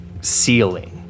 ceiling